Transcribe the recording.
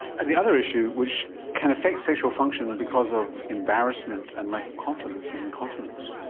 and the other issue which can affect sexual function because of embarrassment and lack of confidence is incontinence.